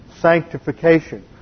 sanctification